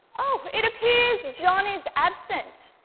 it appears john is absent.